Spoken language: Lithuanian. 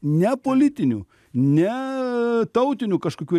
ne politinių ne tautinių kažkokių